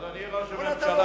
אדוני ראש הממשלה,